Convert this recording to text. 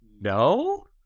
no